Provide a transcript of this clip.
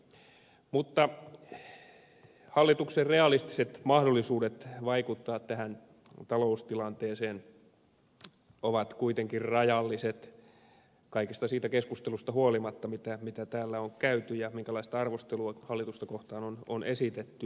mutta hallituksen realistiset mahdollisuudet vaikuttaa tähän taloustilanteeseen ovat kuitenkin rajalliset huolimatta kaikesta siitä keskustelusta mitä täällä on käyty ja siitä minkälaista arvostelua hallitusta kohtaan on esitetty